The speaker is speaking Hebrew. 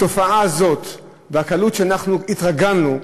התופעה הזאת, והקלות שבה אנחנו התרגלנו,